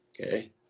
Okay